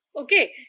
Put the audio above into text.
Okay